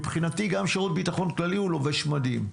מבחינתי גם שירות הביטחון הכללי הוא לובש מדים.